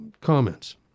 comments